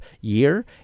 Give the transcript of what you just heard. year